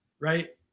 right